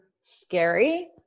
Scary